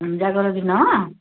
ତିନ ଟା ବେଳେ ଯିମା